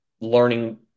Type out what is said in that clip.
learning